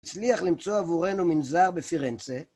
הצליח למצוא עבורנו מנזר בפרנצה